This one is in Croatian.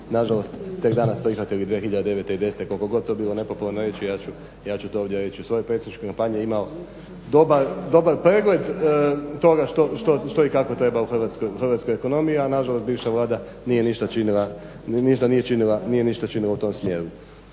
nažalost tek danas prihvatili 2009. i 2010. Koliko god to bilo nepopularno reći ja ću to ovdje reći, u svojoj predsjedničkoj kampanji je imao dobar pregled toga što i kako treba u hrvatskoj ekonomiji, a nažalost bivša Vlada nije ništa činila u tom smjeru.